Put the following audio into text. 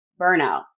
burnout